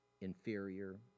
inferior